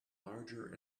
larger